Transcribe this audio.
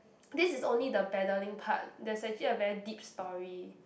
this is only the battling part there's actually a very deep story